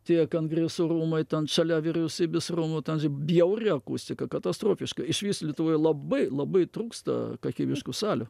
tie kangresų rūmai ten šalia vyriausybės rūmų tan bjauri akustika katastrofiška išvis lietuvoje labai labai trūksta kakybiškų salių